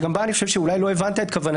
שגם בה אני חושב שאולי לא הבנת את כוונתי.